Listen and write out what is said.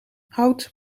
hout